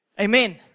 Amen